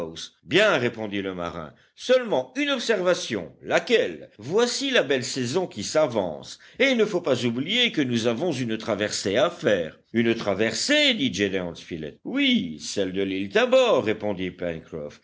bien répondit le marin seulement une observation laquelle voici la belle saison qui s'avance et il ne faut pas oublier que nous avons une traversée à faire une traversée dit gédéon spilett oui celle de l'île tabor répondit pencroff